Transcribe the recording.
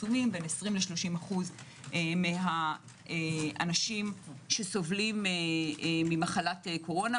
20% ל-30% מהאנשים שסובלים ממחלת קורונה